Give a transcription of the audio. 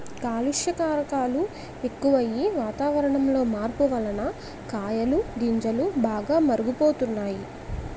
కాలుష్య కారకాలు ఎక్కువయ్యి, వాతావరణంలో మార్పు వలన కాయలు గింజలు బాగా మురుగు పోతున్నాయి